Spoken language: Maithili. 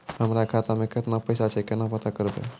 हमरा खाता मे केतना पैसा छै, केना पता करबै?